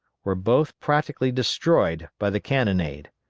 were both practically destroyed by the cannonade.